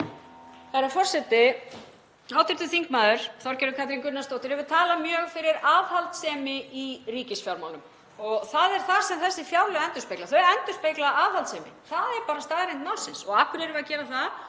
Herra forseti. Hv. þm. Þorgerður Katrín Gunnarsdóttir hefur talað mjög fyrir aðhaldssemi í ríkisfjármálum og það er það sem þessi fjárlög endurspegla, þau endurspegla aðhaldssemi. Það er bara staðreynd málsins. Og af hverju erum við að gera það?